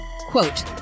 quote